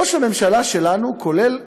ראש הממשלה שלנו, כולל